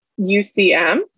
UCM